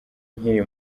nkiri